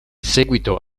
seguito